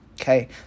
Okay